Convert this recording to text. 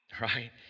right